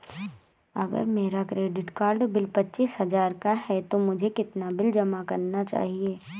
अगर मेरा credit card bill पच्चीस हजार का है तो मुझे कितना बिल जमा करना चाहिए?